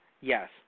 Yes